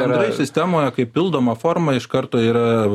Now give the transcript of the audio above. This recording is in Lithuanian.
bendrai sistemoje kai pildoma forma iš karto yra